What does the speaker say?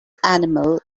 animal